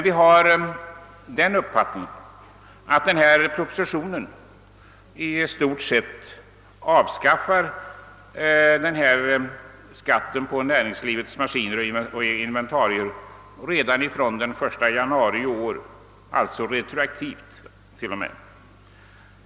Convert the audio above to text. Vi har den uppfattningen att detta förslag i stort sett avskaffar skatten på näringslivets maskiner och inventarier redan från den 1 januari i år, alltså retroaktivt.